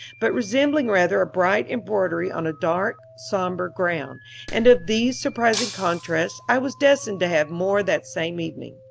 but resembling rather a bright embroidery on a dark, somber ground and of these surprising contrasts i was destined to have more that same evening.